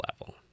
level